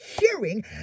hearing